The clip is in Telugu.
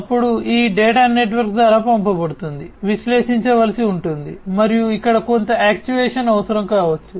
అప్పుడు ఈ డేటా నెట్వర్క్ ద్వారా పంపబడుతోంది విశ్లేషించవలసి ఉంటుంది మరియు ఇక్కడ కొంత యాక్చుయేషన్ అవసరం కావచ్చు